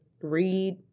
Read